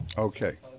okay.